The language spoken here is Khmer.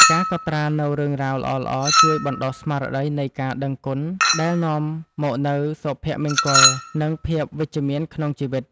ការកត់ត្រានូវរឿងរ៉ាវល្អៗជួយបណ្ដុះស្មារតីនៃការដឹងគុណ ដែលនាំមកនូវសុភមង្គល និងភាពវិជ្ជមានក្នុងជីវិត។